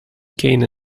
again